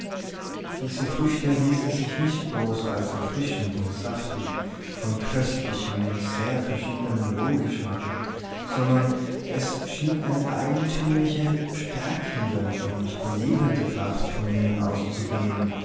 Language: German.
diese früchte erwiesen sich nicht bloß als erfrischend und saftig von köstlichem und sehr verschiedenem wohlgeschmack sondern es schien eine eigentümliche stärkende und belebende kraft von ihnen auszugehen